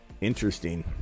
interesting